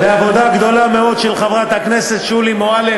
בעבודה גדולה מאוד של חברת הכנסת שולי מועלם,